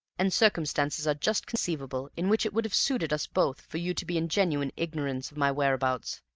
and circumstances are just conceivable in which it would have suited us both for you to be in genuine ignorance of my whereabouts.